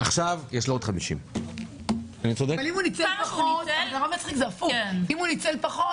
מחר ב-30 לחודש, המתווה של החל"ת